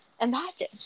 imagine